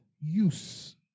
use